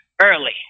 early